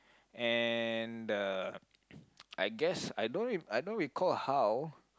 and the I guess I don't re~ I don't recall how